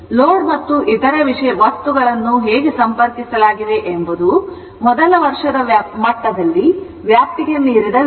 load ಮತ್ತು ಇತರ ವಸ್ತುಗಳನ್ನು ಹೇಗೆ ಸಂಪರ್ಕಿಸಲಾಗಿದೆ ಎಂಬುದು ಮೊದಲ ವರ್ಷದ ಮಟ್ಟದಲ್ಲಿ ವ್ಯಾಪ್ತಿಗೆ ಮೀರಿದ ವಿಷಯ